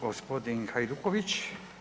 Gospodin Hajduković.